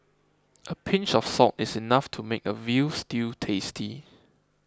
a pinch of salt is enough to make a Veal Stew tasty